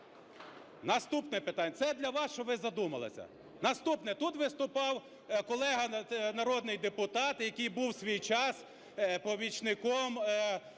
Наступне питання. Це для вас, щоб ви задумалися. Наступне. Тут виступав колега - народний депутат, який був в свій час помічником